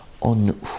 on